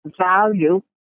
value